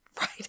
Right